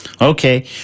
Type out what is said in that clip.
Okay